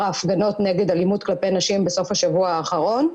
ההפגנות נגד אלימות כלפי נשים בסוף השבוע האחרון.